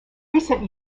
recent